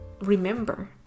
remember